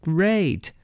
Great